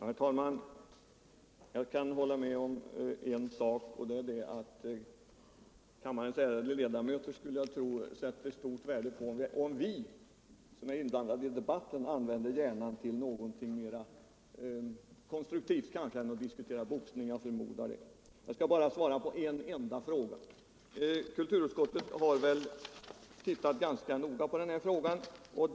Herr talman! Jag kan hålla med om en sak, nämligen att kammarens ärade ledamöter troligen skulle sätta stort värde på om vi som är inblandade i debatten använde hjärnan till något mera konstruktivt än att diskutera boxning. Jag skall bara svara på en enda fråga. Kulturutskottet har gått igenom detta problemkomplex ganska noga.